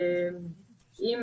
לקראת הדיון היום.